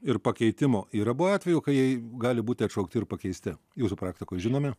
ir pakeitimo yra buvę atvejų kai jei gali būti atšaukti ir pakeisti jūsų praktikoj žinomi